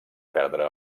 perdre